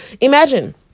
imagine